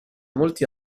molti